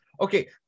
okay